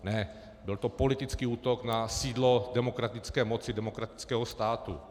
Ne, byl to politický útok na sídlo demokratické moci demokratického státu.